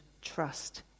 trust